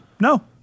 No